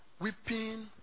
weeping